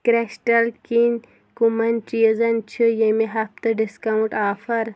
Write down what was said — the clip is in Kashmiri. کِرٛسٹَل کِنۍ کَمَن چیٖزن چھِ ییٚمہِ ہفتہٕ ڈِسکاوُنٛٹ آفر